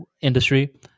industry